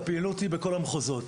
הפעילות היא בכל המחוזות,